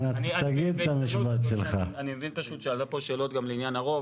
אני מבין פשוט שעלו פה שאלות גם לעניין הרוב,